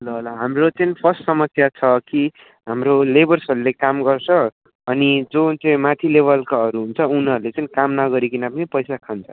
ल ल हाम्रो चाहिँ फर्स्ट समस्या छ कि हाम्रो लेबर्सहरूले काम गर्छ अनि जुन चाहिँ माथि लेभलका उनीहरूले चाहिँ काम नगरीकन पनि पैसा खान्छ